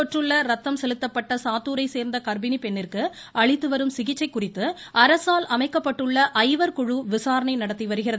தொற்றுள்ள ரத்தம் செலுத்தப்பட்ட சாத்தூரைச் சோ்ந்த கா்ப்பிணி பெண்ணிந்கு அளித்து வரும் சிகிச்சை குறித்து அரசால் அமைக்கப்பட்டுள்ள ஐவர் குழு விசாரணை நடத்தி வருகிறது